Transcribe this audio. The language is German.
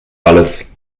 alles